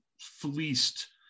fleeced